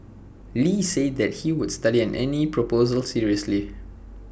lee said that he would study any proposal seriously